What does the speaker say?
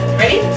ready